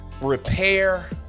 repair